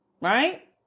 Right